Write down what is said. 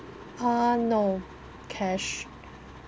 !huh! no cash